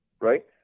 right